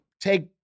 take